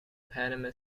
panama